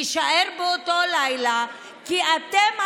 נישאר באותו לילה כי אתם,